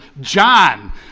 John